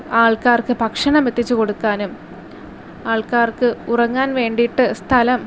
ആൾക്കാർക്ക് ഭക്ഷണം എത്തിച്ച് കൊടുക്കാനും ആൾക്കാർക്ക് ഉറങ്ങാൻ വേണ്ടിയിട്ട് സ്ഥലം